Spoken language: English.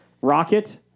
Rocket